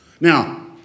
Now